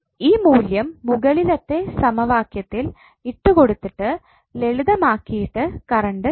ഈ മൂല്യം മുകളിലത്തെ സമവാക്യത്തിൽ ഇട്ടുകൊടുത്തിട്ടു ലളിതമാക്കിയിട്ട് കറണ്ട് കിട്ടും